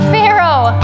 Pharaoh